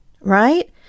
right